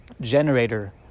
generator